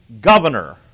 governor